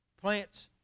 plants